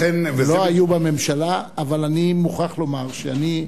לכן, הם לא היו בממשלה, אבל אני מוכרח לומר שאני,